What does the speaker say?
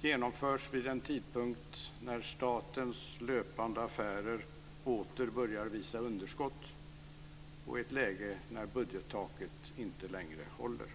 genomförs vid en tidpunkt när statens löpande affärer åter börjar visa underskott och i ett läge när budgettaket inte längre håller.